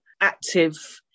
active